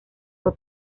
fue